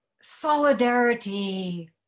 solidarity